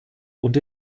und